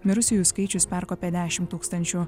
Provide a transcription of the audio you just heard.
mirusiųjų skaičius perkopė dešim tūkstančių